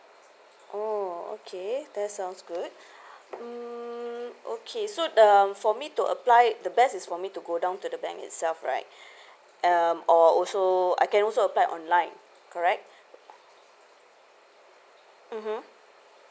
oh okay that's sounds good mm okay so um for me to apply it the best is for me to go down to the bank itself right um or also I can also apply online correct mmhmm